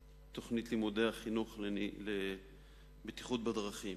תוכנית לימודי החינוך לבטיחות בדרכים: